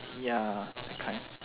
ya that kind